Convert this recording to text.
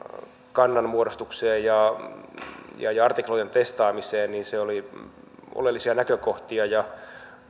kannanmuodostus ja ja artiklojen testaaminen olivat oleellisia näkökohtia ja